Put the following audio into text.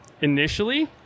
initially